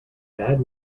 bad